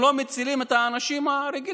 אבל הוא לא יותר מהקוסם מארץ עוץ,